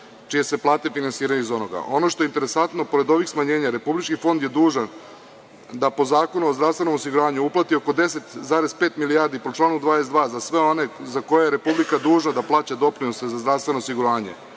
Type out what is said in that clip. čije se plate finansiraju iz onoga. Ono što je interesantno, pored ovih smanjenja, Republički fond je dužan da po Zakonu o zdravstvenom osiguranju uplati oko 10,5 milijardi po članu 22. za sve one za koje je Republika dužna da plaća doprinose za zdravstveno osiguranje,